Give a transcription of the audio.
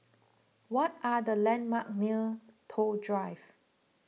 what are the landmarks near Toh Drive